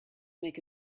make